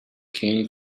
came